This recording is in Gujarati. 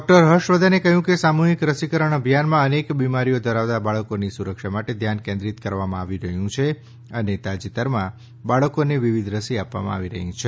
ડૉક્ટર હર્ષવર્ધને કહ્યું કે સામૂહિક રસીકરણ અભિયાનમાં અનેક બિમારીઓ ધરાવતા બાળકોની સુરક્ષા માટે ધ્યાન કેન્દ્રિત કરવામાં આવી રહ્યું છે અને તાજેતરમાં બાળકોને વિવિધ રસી આપવામાં આવી રહી છે